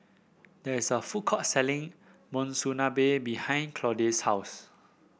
there is a food court selling Monsunabe behind Claude's house